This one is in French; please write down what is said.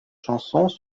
chansons